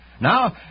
Now